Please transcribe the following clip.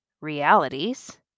realities